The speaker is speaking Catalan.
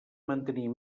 mantenir